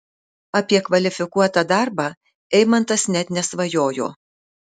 apie kvalifikuotą darbą eimantas net nesvajojo